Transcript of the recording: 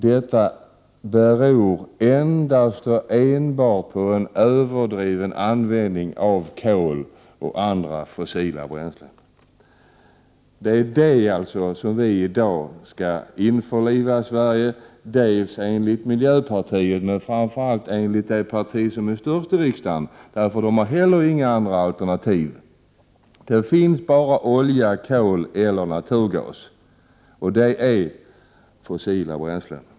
Detta beror enbart på en överdriven användning av kol och andra fossila bränslen. Det är dem som vi alltså i dag skall använda i ännu större utsträckning i Sverige, dels enligt miljöpartiet, dels och framför allt enligt det parti som är störst i riksdagen men som inte heller har några andra alternativ. Det finns bara olja, kol och naturgas, och dessa är alla fossila bränslen.